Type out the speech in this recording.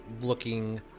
looking